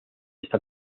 está